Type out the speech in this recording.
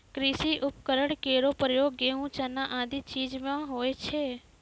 कृषि उपकरण केरो प्रयोग गेंहू, चना आदि चीज म होय छै